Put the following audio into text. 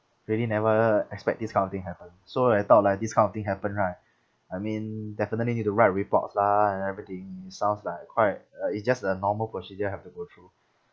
really never expect this kind of thing happened so like I thought like this kind of thing happen right I mean definitely need to write reports lah and everything it sounds like quite uh it's just a normal procedure have to go through